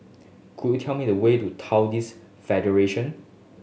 could you tell me the way to Taoist Federation